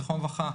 זכרונו לברכה,